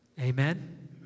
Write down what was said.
Amen